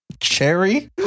Cherry